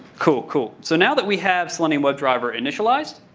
cool. cool. so now that we have selenium webdriver initialized,